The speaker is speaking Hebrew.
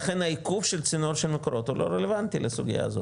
לכן העיכוב של צינור של מקורות הוא לא רלוונטי לסוגיה הזאת,